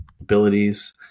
abilities